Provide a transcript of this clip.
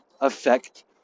affect